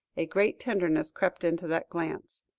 a great tenderness crept into that glance.